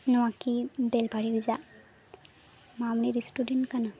ᱱᱚᱣᱟ ᱠᱤ ᱵᱮᱞᱯᱟᱦᱟᱲᱤ ᱨᱮᱭᱟᱜ ᱢᱟᱢᱚᱱᱤ ᱨᱮᱥᱴᱩᱨᱮᱱᱴ ᱠᱟᱱᱟ